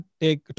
take